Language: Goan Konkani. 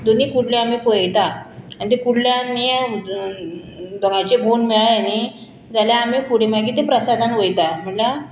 दोनी कुंडली आमी पळयता आनी ते कुंडल्यान न्ही हें दोंगांचे गूण मेळ्ळे न्ही जाल्यार आमी फुडें मागीर ते प्रसादान वयता म्हणल्यार